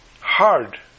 hard